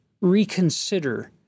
reconsider